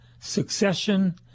succession